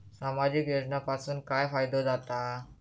सामाजिक योजनांपासून काय फायदो जाता?